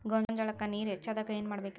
ಗೊಂಜಾಳಕ್ಕ ನೇರ ಹೆಚ್ಚಾದಾಗ ಏನ್ ಮಾಡಬೇಕ್?